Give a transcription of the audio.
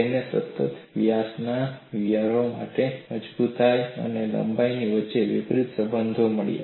તેને સતત વ્યાસના વાયરો માટે મજબૂતાઈ અને લંબાઈ વચ્ચે વિપરિત સંબંધ મળ્યો